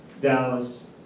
Dallas